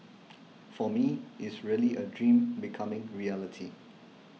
for me is really a dream becoming reality